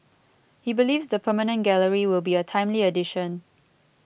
he believes the permanent gallery will be a timely addition